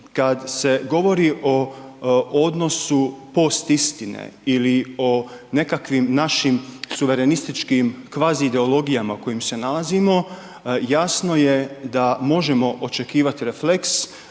Kad se govori o odnosi post-istine ili o nekakvim našim suverenističkih kvaziideologijama u kojima se nalazimo, jasno je da možemo očekivati refleks,